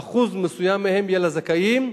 שאחוז מסוים מהן יהיה לזכאים,